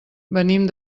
venim